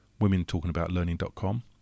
womentalkingaboutlearning.com